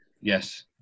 yes